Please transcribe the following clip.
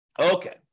Okay